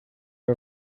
are